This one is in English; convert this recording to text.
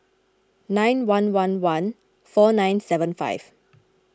nine one one one four nine seven five